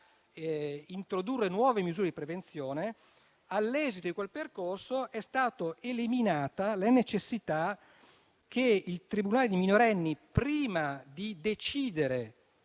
introdurre nuove misure di prevenzione. All'esito di quel percorso è stata eliminata la necessità che il tribunale dei minorenni, prima di decidere